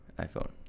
iPhone